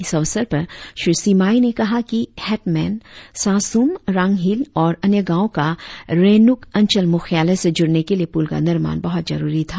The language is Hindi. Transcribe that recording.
इस अवसर पर श्री सिमाई ने कहा कि हेटमेन सासूम रांगहील और अन्य गावों का रेनूक अंचल मुख्यालय से जुड़ने के लिए पुल का निर्माण बहुत जरुरी था